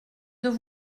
deux